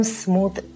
smooth